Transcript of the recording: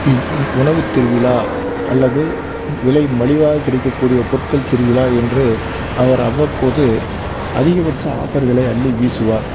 உணவுத் திருவிழா அல்லது விலை மலிவாக கிடைக்கக்கூடிய பொருட்கள் திருவிழா என்று அவர் அவ்வப்போது அதிகபட்ச ஆஃபர்களை அள்ளி வீசுவார்